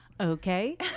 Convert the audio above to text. Okay